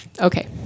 Okay